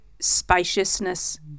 spaciousness